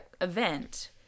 event